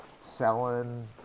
selling